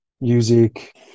music